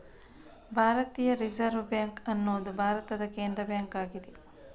ಭಾರತೀಯ reserve bank ಅನ್ನುದು ಭಾರತದ ಕೇಂದ್ರ ಬ್ಯಾಂಕು ಆಗಿದೆ